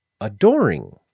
adoring